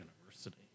University